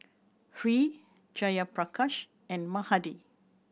Hri Jayaprakash and Mahade